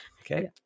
Okay